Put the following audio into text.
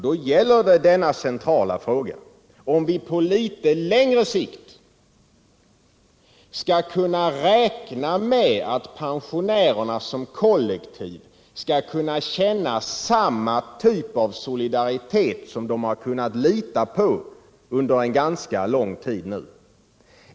Då gäller det denna centrala fråga: Kan vi på litet längre sikt räkna med att pensionärerna som kollektiv skall kunna känna samma typ av solidaritet som de har kunnat lita på under en ganska lång tid?